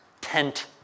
tent